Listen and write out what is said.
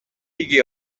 gli